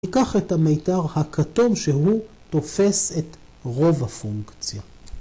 ‫לקח את המיתר הכתום ‫שהוא תופס את רוב הפונקציה.